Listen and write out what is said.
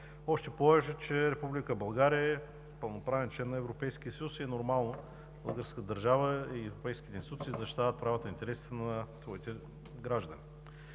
Още повече че Република България е пълноправен член на Европейския съюз и е нормално българската държава и европейските институции да защитават правата и интересите на своите граждани.